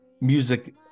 music